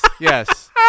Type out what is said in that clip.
Yes